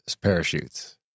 parachutes